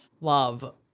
love